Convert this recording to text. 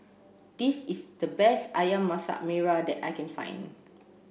this is the best Ayam Masak Merah that I can find